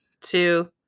two